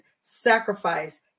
sacrifice